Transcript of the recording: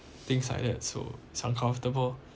things like that so so uncomfortable